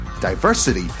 Diversity